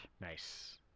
Nice